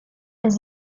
els